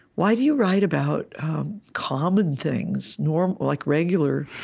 why do you write about common things, normal, like regular,